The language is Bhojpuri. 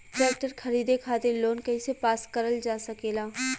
ट्रेक्टर खरीदे खातीर लोन कइसे पास करल जा सकेला?